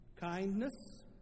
kindness